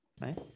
Nice